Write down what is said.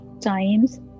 times